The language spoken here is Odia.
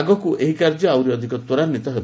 ଆଗକୁ ଏହି କାର୍ଯ୍ୟ ଆହୁରି ଅଧିକ ତ୍ୱରାନ୍ଧିତ ହେବ